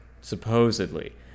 supposedly